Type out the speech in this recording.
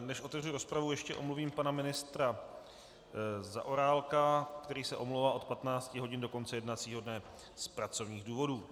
Než otevřu rozpravu, ještě omluvím pana ministra Zaorálka, který se omlouvá od 15 hodin do konce jednacího dne z pracovních důvodů.